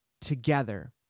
together